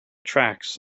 tracts